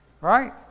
right